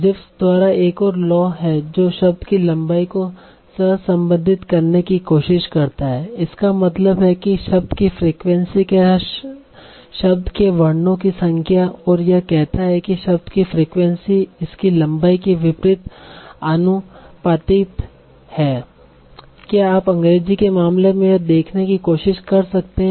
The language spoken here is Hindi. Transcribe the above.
जिपफ द्वारा एक और लॉ है जो शब्द की लंबाई को सहसंबंधित करने की कोशिश करता है इसका मतलब है कि शब्द की फ्रीक्वेंसी के साथ शब्द के वर्णों की संख्या और यह कहता है कि शब्द की फ्रीक्वेंसी इसकी लंबाई के विपरीत आनुपातिक है और क्या आप अंग्रेजी के मामले में यह देखने की कोशिश कर सकते हैं